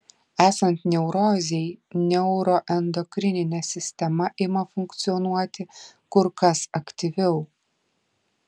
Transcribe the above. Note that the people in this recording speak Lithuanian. esant neurozei neuroendokrininė sistema ima funkcionuoti kur kas aktyviau